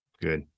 Good